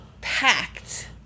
packed